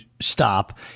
stop